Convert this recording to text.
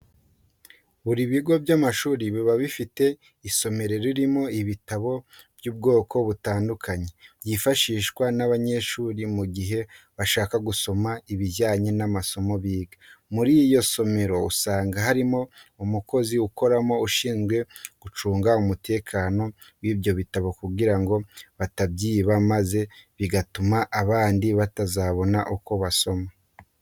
Buri bigo by'amashuri biba bifite isomero ririmo ibitabo by'ubwoko butandukanye byifashishwa n'abanyeshuri mu gihe bashaka gusoma ibijyanye n'amasomo biga. Muri iryo somero usanga harimo umukozi ukoramo ushinzwe gucunga umutekano w'ibyo bitabo kugira ngo batabyiba maze bigatuma abandi batazabona uko basoma.